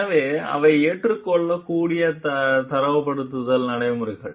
எனவே அவை ஏற்றுக்கொள்ளக்கூடிய தரப்படுத்தல் நடைமுறைகள்